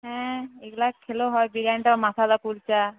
হ্যাঁ এগুলা খেলেও হয় বিরিয়ানিটা মাশালা কুলচা